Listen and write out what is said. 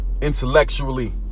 Intellectually